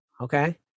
okay